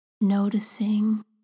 noticing